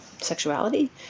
sexuality